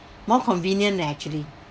more convenient leh actually